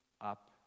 up